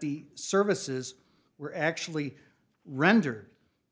the services were actually rendered